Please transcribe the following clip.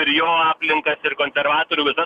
ir jo aplinkas ir konservatorių visa